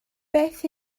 beth